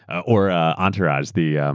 or entourage, the